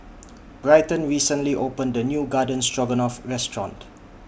Bryton recently opened A New Garden Stroganoff Restaurant